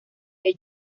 que